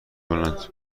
کنند